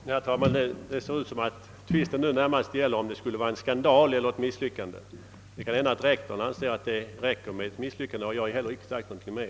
Herr talman! Det verkar som om tvisten nu närmast gäller om det skulle vara en skandal eller ett misslyckande. Det kan hända att rektorn anser att det räcker med ett misslyckande, och jag har heller inte sagt någonting mer.